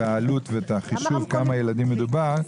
את העלות והחישוב בכמה ילדים מדובר,